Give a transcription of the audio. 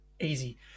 Easy